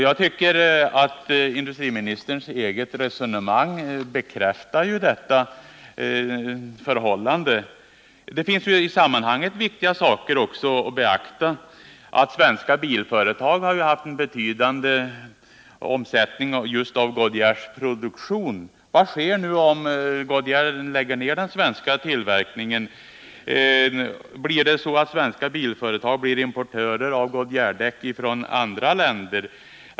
Jag tycker att industriministerns eget resonemang bekräftar detta förhållande. Det finns i sammanhanget viktiga saker att beakta. såsom att svenska bilföretag har haft en betydande omsättning just av Goodyears produkter. Vad sker om nu Goodyear lägger ner den svenska tillverkningen? Blir svenska bilföretag då importörer av Goodyeardäck från andra länder?